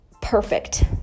perfect